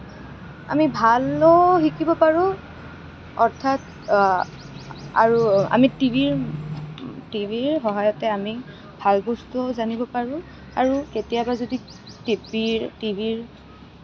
আমি ভালো শিকিব পাৰোঁ অৰ্থাৎ আৰু আমি টিভিৰ টিভিৰ সহায়তে আমি ভাল বস্তুও জানিব পাৰোঁ আৰু কেতিয়াবা যদি টেপিৰ টিভিৰ